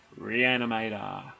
Reanimator